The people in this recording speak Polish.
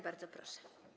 Bardzo proszę.